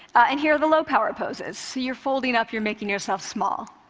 and here are the low-power poses. so you're folding up, you're making yourself small.